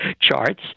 charts